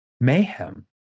mayhem